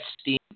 steam